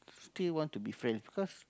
still want to be friend because